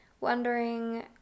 wondering